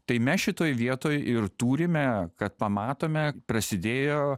tai mes šitoj vietoj ir turime kad pamatome prasidėjo